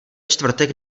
čtvrtek